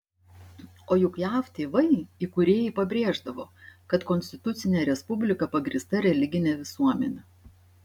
o juk jav tėvai įkūrėjai pabrėždavo kad konstitucinė respublika pagrįsta religine visuomene